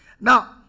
Now